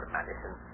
Madison